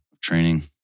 Training